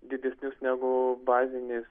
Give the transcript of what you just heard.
didesnius negu bazinis